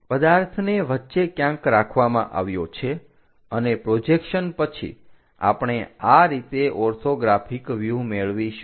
પદાર્થને વચ્ચે ક્યાંક રાખવામાં આવ્યો છે અને પ્રોજેક્શન પછી આપણે આ રીતે ઓર્થોગ્રાફિક વ્યુહ મેળવીશું